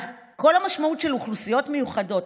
כל המשמעות של אוכלוסיות מיוחדות.